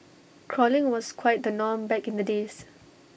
crawling was quite the norm back in the days